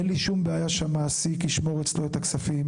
אין לי שום בעיה שהמעסיק ישמור אצלו את הכספים,